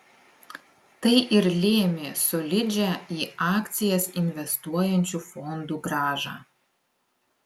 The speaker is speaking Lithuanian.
tai ir lėmė solidžią į akcijas investuojančių fondų grąžą